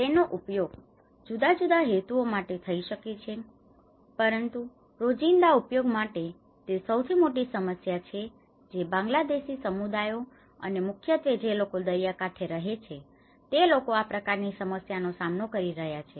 તેનો ઉપયોગ જુદા જુદા હેતુઓ માટે થઇ શકે છે પરંતુ રોજિંદા ઉપયોગ માટે તે સૌથી મોટી સમસ્યા છે જે બાંગ્લાદેશી સમુદાયો અને મુખ્યત્વે જે લોકો દરિયાકાંઠે રહે છે તે લોકો આ પ્રકાર ની સમસ્યાનો સામનો કરી રહ્યા છે